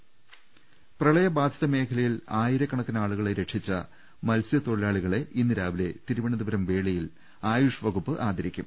്്്്്്് പ്രളയബാധിത മേഖലയിൽ ആയിരക്കണക്കിനാളുകളെ രക്ഷിച്ച മത്സ്യത്തൊഴിലാളികളെ ഇന്ന് രാവിലെ തിരുവനന്തപുരം വേളിയിൽ ആയുഷ് വകുപ്പ് ആദരിക്കും